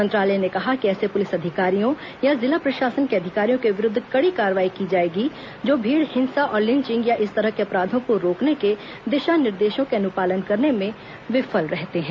मंत्रालय ने कहा कि ऐसे पुलिस अधिकारियों या जिला प्रशासन के अधिकारियों के विरूद्व कड़ी कार्रवाई की जाएगी जो भीड़ हिंसा और लिंचिंग या इस तरह के अपराधों को रोकने के दिशा निर्देशों के अनुपालन करने में विफल रहते हैं